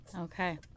Okay